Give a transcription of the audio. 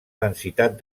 densitat